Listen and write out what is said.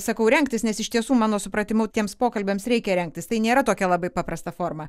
sakau rengtis nes iš tiesų mano supratimu tiems pokalbiams reikia rengtis tai nėra tokia labai paprasta forma